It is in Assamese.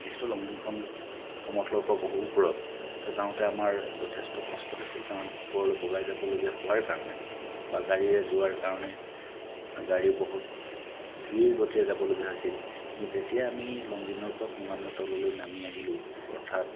যিহেতু লংডিংখন সমতলৰ পৰা বহু ওপৰত তো যাওঁতে আমাৰ যথেষ্ট কষ্ট হৈছিল কাৰণ ওপৰলৈ বগাই যাবলগীয়া হোৱাৰ কাৰণে বা গাড়ীৰে যাবলগীয়া হোৱাৰ কাৰণে গাড়ী বহুত ধীৰ গতিৰে যাব লগা হৈছিল কিন্তু যেতিয়া আমি লংডিঙৰ পৰা ক্ৰমান্বয়ে তললৈ নামি আহিলোঁ অৰ্থাৎ